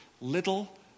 Little